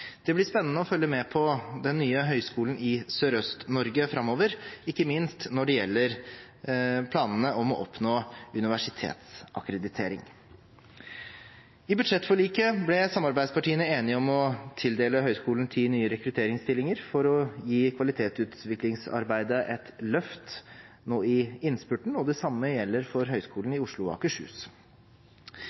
Det blir spennende å følge med på den nye høyskolen i Sørøst-Norge framover, ikke minst når det gjelder planene om å oppnå universitetsakkreditering. I budsjettforliket ble samarbeidspartiene enige om å tildele høyskolen ti nye rekrutteringsstillinger for å gi kvalitetsutviklingsarbeidet et løft nå i innspurten, og det samme gjelder for Høgskolen i Oslo og Akershus.